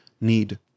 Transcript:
Need